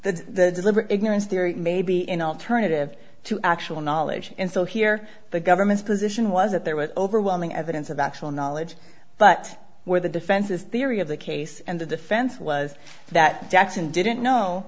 the deliberate ignorance theory maybe in the alternative to actual knowledge and so here the government's position was that there was overwhelming evidence of actual knowledge but where the defense's theory of the case and the defense was that jackson didn't